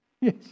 Yes